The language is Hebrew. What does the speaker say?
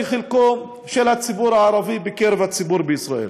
כחלקו של הציבור הערבי בקרב הציבור בישראל.